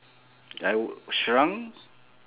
I would shrunk